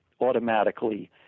automatically